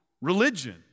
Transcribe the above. religion